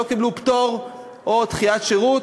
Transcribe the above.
הם לא קיבלו פטור או דחיית שירות.